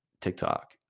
TikTok